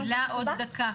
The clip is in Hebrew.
מודעות מאוד גבוהה.